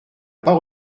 pas